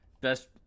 Best